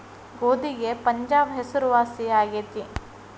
ಗೋಧಿಗೆ ಪಂಜಾಬ್ ಹೆಸರುವಾಸಿ ಆಗೆತಿ